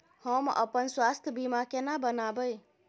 हम अपन स्वास्थ बीमा केना बनाबै?